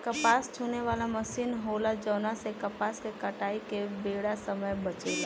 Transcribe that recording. कपास चुने वाला मशीन होला जवना से कपास के कटाई के बेरा समय बचेला